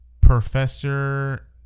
Professor